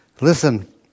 Listen